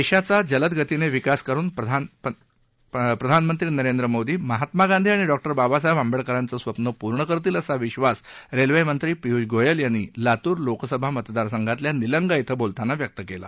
देशाचा जलद गतीने विकास करुन पंतप्रधान नरेंद्र मोदी महात्मा गांधी आणि डॉ बाबासाहेब आंबेडकरांचे स्वप्न पुर्ण करतील असा विश्वास रेल्वेमंत्री पियुष गोयल यांनी लातूर लोकसभा मतदारसंघातील निलंगा धि बोलताना व्यक्त केला